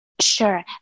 Sure